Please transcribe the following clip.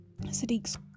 Sadiq's